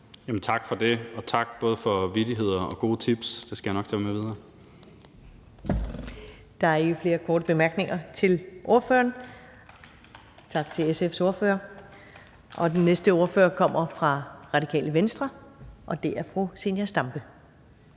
Tak for det, og tak for både vittigheder og gode tips. Det skal jeg nok tage med videre. Kl. 15:22 Første næstformand (Karen Ellemann): Der er ikke flere korte bemærkninger til ordføreren. Tak til SF's ordfører. Den næste ordfører kommer fra Radikale Venstre, og det er fru Zenia Stampe.